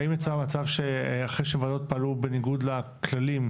והאם יצא מצב שאחרי שוועדת פעלו בניגוד לכללים,